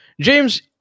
James